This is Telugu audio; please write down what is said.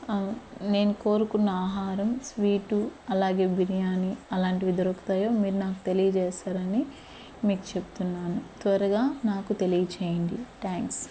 నేను కోరుకున్న ఆహారం స్వీటు అలాగే బిర్యానీ అలాంటివి దొరుకుతాయో మీరు నాకు తెలియజేస్తారని మీకు చెప్తున్నాను త్వరగా నాకు తెలియచేయండి థ్యాంక్స్